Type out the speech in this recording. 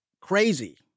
crazy